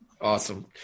Awesome